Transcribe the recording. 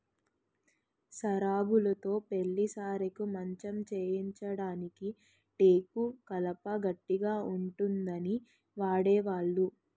సరాబులుతో పెళ్లి సారెకి మంచం చేయించడానికి టేకు కలప గట్టిగా ఉంటుందని వాడేవాళ్లు